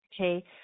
okay